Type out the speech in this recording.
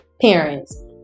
parents